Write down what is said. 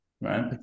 right